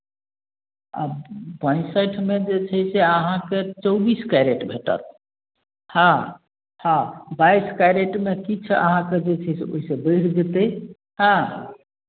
आ पैँसठिमे जे छै से अहाँके चौबीस कैरेट भेटत हँ हँ बाइस कैरेटमे किछु अहाँकेँ जे छै से ओहिसँ बढ़ि जेतै हँ